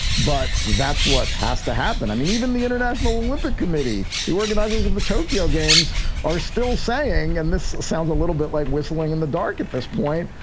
but that's what has to happen. i mean, even the international olympic committee, committee, the organizers of the tokyo games are still saying and this sounds a little bit like whistling in the dark at this point.